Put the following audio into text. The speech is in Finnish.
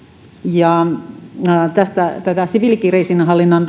ja siviilikriisinhallinnan